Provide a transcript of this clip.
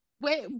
Wait